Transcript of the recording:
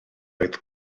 oedd